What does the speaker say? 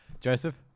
Joseph